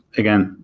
again,